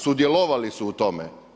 Sudjelovali su u tome.